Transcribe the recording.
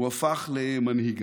הוא הפך למנהיג.